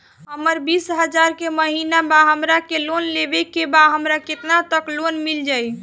हमर बिस हजार के महिना बा हमरा के लोन लेबे के बा हमरा केतना तक लोन मिल जाई?